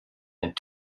and